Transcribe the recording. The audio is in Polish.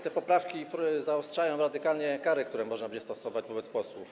Te poprawki zaostrzają radykalnie kary, które można będzie stosować wobec posłów.